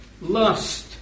lust